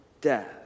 death